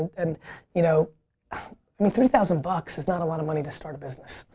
and you know i mean three thousand bucks is not a lot of money to start a business.